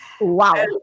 Wow